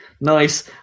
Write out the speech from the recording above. nice